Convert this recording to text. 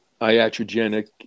iatrogenic